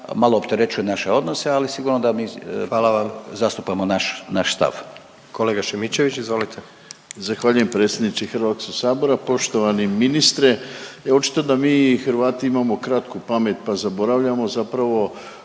malo opterećuje naše odnose, ali sigurno da mi…/Upadica